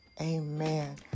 Amen